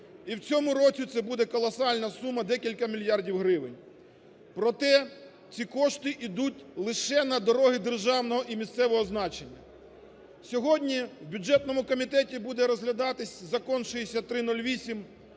І в цьому році це буде колосальна сума, декілька мільярдів гривень. Проте ці кошти йдуть лише на дороги державного і місцевого значення. Сьогодні в бюджетному комітеті буде розглядатись Закон 6308,